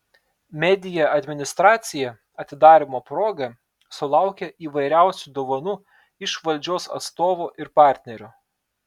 media administracija atidarymo proga sulaukė įvairiausių dovanų iš valdžios atstovų ir partnerių